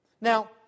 Now